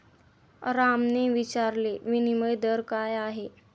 रामने विचारले, विनिमय दर काय आहे?